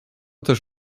też